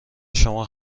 شما